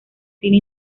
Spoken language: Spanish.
cine